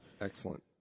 Excellent